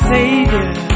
Savior